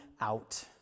out